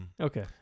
Okay